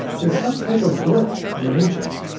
there's some type of glitch in the matrix,